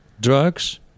drugs